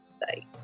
Bye